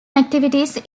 activities